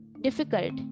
difficult